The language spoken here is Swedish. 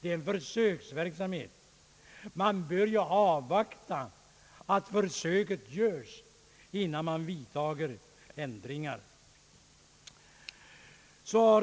Det är en försöksverksamhet. Man bör avvakta att försöket göres, innan man vidtar ändringar.